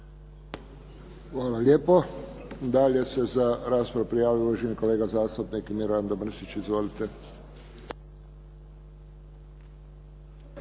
Hvala lijepo. Dalje se za raspravu prijavio uvaženi kolega zastupnik Mirando Mrsić. Izvolite.